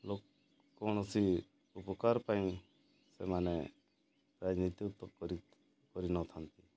ଲୋକ କୌଣସି ଉପକାର ପାଇଁ ସେମାନେ ରାଜନୀତି କରିନଥାନ୍ତି